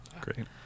great